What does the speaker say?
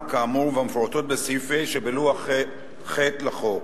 כאמור והמפורטות בסעיף ה' שבלוח ח' לחוק.